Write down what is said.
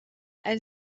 elle